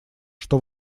что